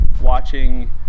watching